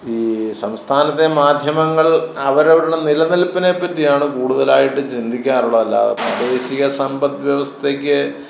ഈ സംസ്ഥാനത്തെ മാധ്യമങ്ങൾ അവരവരുടെ നിലനിൽപ്പിനെ പറ്റിയാണ് കൂടുതലായിട്ടും ചിന്തിക്കാറുള്ളത് അല്ലാതെ പ്രാദേശിക സമ്പദ് വ്യവസ്ഥയ്ക്ക്